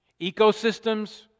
ecosystems